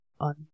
on